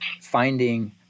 finding